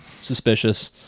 suspicious